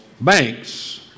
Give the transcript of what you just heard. banks